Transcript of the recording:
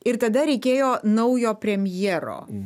ir tada reikėjo naujo premjero